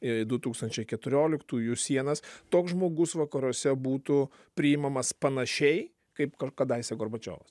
į du tūkstančiai keturioliktųjų sienas toks žmogus vakaruose būtų priimamas panašiai kaip ka kadaise gorbačiovas